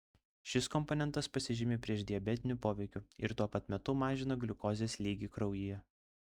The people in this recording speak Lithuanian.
šis komponentas pasižymi priešdiabetiniu poveikiu ir tuo pat metu mažina gliukozės lygį kraujyje